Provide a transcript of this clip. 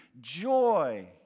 joy